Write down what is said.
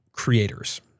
creators